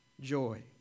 joy